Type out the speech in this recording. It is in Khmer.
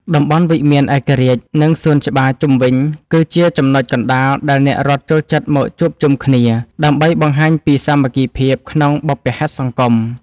តំបន់វិមានឯករាជ្យ និងសួនច្បារជុំវិញ គឺជាចំណុចកណ្ដាលដែលអ្នករត់ចូលចិត្តមកជួបជុំគ្នា ដើម្បីបង្ហាញពីសាមគ្គីភាពក្នុងបុព្វហេតុសង្គម។